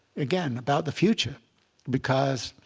again, about the future because